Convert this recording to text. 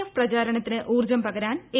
F പ്രചാരണത്തിന് ഊർജ്ജം പകരാൻ എ